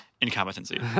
incompetency